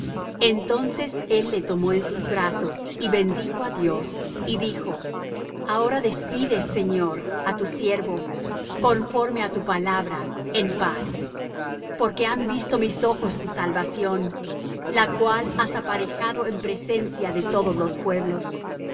entonces él le tomó en sus brazos y bendijo á dios y dijo ahora despides señor á tu siervo conforme á tu palabra en paz porque han visto mis ojos tu salvación la cual has aparejado en presencia de todos los pueblos